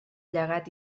llegat